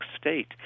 state